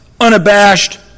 unabashed